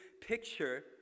picture